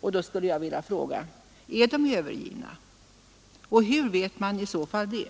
Och då skulle jag vilja fråga: Är de övergivna? Och hur vet man iså fall det?